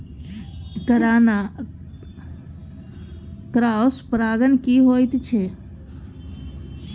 Cross परागण की होयत छै?